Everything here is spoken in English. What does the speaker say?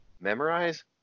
Memorize